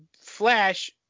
Flash